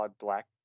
Black